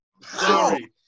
Sorry